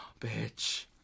bitch